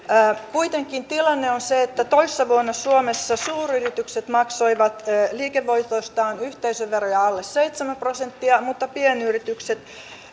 kuitenkin tilanne on se että toissa vuonna suomessa suuryritykset maksoivat liikevoitoistaan yhteisöveroja alle seitsemän prosenttia mutta pienyritykset